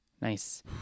Nice